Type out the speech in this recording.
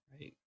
right